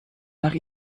nach